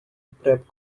prep